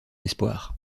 espoir